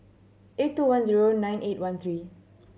eight two one zero nine eight one three